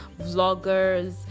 vloggers